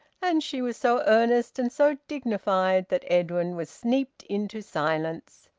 and she was so earnest and so dignified that edwin was sneaped into silence.